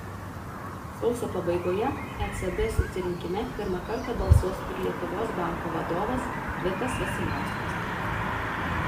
sausio pabaigoje ecb susirinkime pirmą kartą balsuos ir lietuvos banko vadovas vitas vasiliauskas